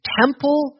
temple